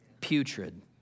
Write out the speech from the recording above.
Putrid